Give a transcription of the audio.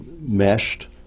meshed